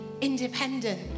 independent